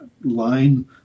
line